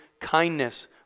kindness